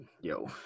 yo